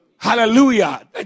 Hallelujah